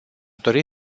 dori